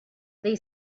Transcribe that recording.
they